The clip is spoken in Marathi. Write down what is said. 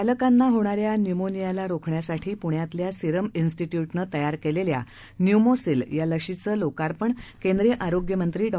बालकांना होणाऱ्या न्यूमोनियाला रोखण्यासाठी प्ण्यातल्या सीरम इन्स्टिटय़्टनं तयार केलेल्या न्यूमोसिल या लशीचं लोकार्पण केंद्रीय आरोग्यमंत्री डॉ